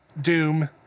doom